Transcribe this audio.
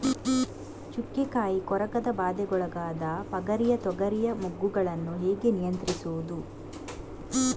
ಚುಕ್ಕೆ ಕಾಯಿ ಕೊರಕದ ಬಾಧೆಗೊಳಗಾದ ಪಗರಿಯ ತೊಗರಿಯ ಮೊಗ್ಗುಗಳನ್ನು ಹೇಗೆ ನಿಯಂತ್ರಿಸುವುದು?